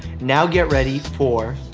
now get ready for.